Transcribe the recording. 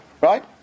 Right